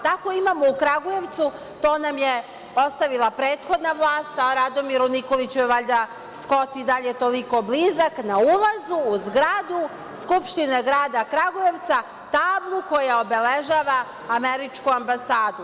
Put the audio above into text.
Tako imamo u Kragujevcu, to nam je ostavila prethodna vlast, a Radomiru Nikoliću je valjda Skot i dalje toliko blizak, na ulazu u zgradu Skupštine Grada Kragujevca, tablu koja obeležava američku ambasadu.